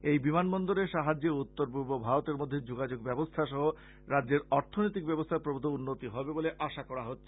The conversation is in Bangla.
এই বিমান বন্দরের সাহায্যে উত্তর পূর্ব ভারতের মধ্যে যোগাযোগ ব্যবস্থা সহ রাজ্যের অর্থনৈতিক ব্যবস্থার প্রভৃত উন্নতি হবে বলে আশা করা হচ্ছে